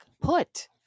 put